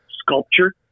sculpture